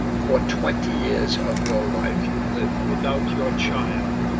for twenty years of your life you lived without your child,